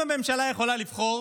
אם הממשלה יכולה לבחור